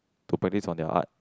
to practice on their art